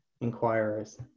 inquirers